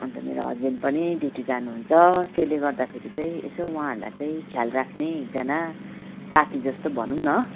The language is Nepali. अन्त मेरो हस्बेन्ड पनि ड्युटी जानुहुन्छ त्यसले गर्दाखेरि यसो उहाँहरूलाई चाहिँ ख्याल राख्ने एकजना साथी जस्तो भनौँ न